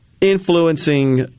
influencing